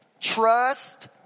trust